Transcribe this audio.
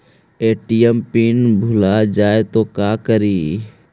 ATM PIN भुला जाए तो का करी?